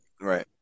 Right